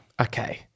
Okay